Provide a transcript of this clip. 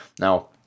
now